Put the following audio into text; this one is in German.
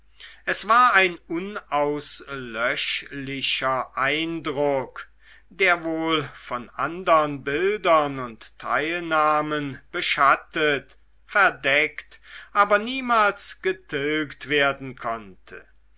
es war ein unauslöschlicher eindruck der wohl von andern bildern und teilnahmen beschattet verdeckt aber niemals vertilgt werden konnte